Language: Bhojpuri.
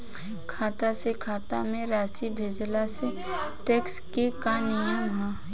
खाता से खाता में राशि भेजला से टेक्स के का नियम ह?